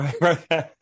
right